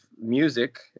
music